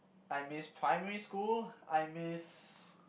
I miss primary school I miss